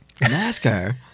NASCAR